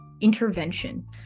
intervention